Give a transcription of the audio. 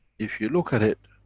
if you look at it,